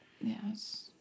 Yes